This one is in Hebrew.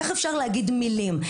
איך אפשר להגיד מילים?